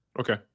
Okay